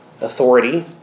authority